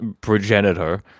progenitor